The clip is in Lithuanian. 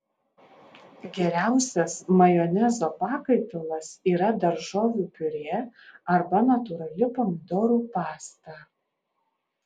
geriausias majonezo pakaitalas yra daržovių piurė arba natūrali pomidorų pasta